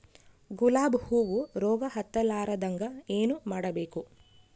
ಗುಲಾಬ್ ಹೂವು ರೋಗ ಹತ್ತಲಾರದಂಗ ಏನು ಮಾಡಬೇಕು?